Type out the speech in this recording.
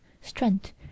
strength